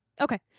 Okay